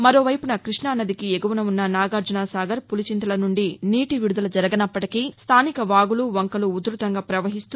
మరో వైపున కృష్ణానదికి ఎగువన ఉన్న నాగార్జున సాగర్ పులిచింతల నుండి నీటి విడుదల జరగనప్పటికీ స్థానిక వాగులువంకలు ఉధృతంగా ప్రవహిస్తూ